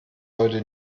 heute